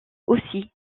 aussi